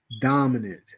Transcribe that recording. dominant